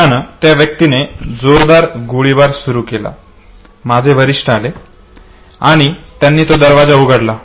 दरम्यान त्या व्यक्तीने जोरदार गोळीबार सुरु केला माझे वरिष्ठ आले आणि त्यांनी तो दरवाजा उघडला